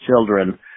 children